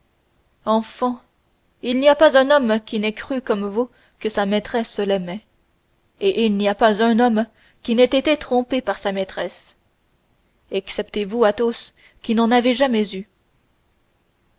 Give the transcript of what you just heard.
enfant il n'y a pas un homme qui n'ait cru comme vous que sa maîtresse l'aimait et il n'y a pas un homme qui n'ait été trompé par sa maîtresse excepté vous athos qui n'en avez jamais eu